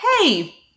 hey